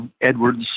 Edwards